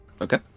Okay